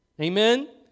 Amen